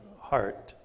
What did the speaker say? heart